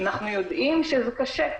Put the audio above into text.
אנחנו יודעים שזה קשה.